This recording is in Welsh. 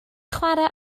chwarae